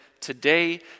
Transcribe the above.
Today